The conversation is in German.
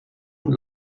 und